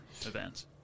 events